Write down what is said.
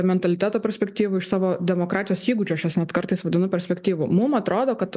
mentaliteto perspektyvų iš savo demokratijos įgūdžių aš juos net kartais vadinu perspektyvom mum atrodo kad